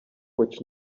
which